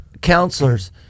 counselors